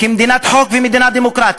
כמדינת חוק וכמדינה דמוקרטית,